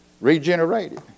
Regenerated